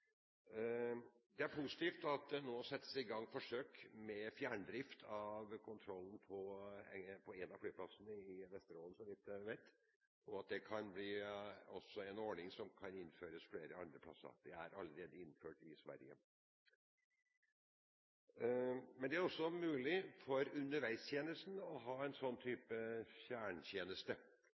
Det er positivt at det nå settes i gang forsøk med fjerndrift av kontrollen på en av flyplassene i Vesterålen, så vidt jeg vet. Det kan bli en ordning som kan innføres også andre plasser. Det er allerede innført i Sverige. Men det er også mulig for underveistjenesten å ha en sånn type